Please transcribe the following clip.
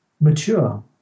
mature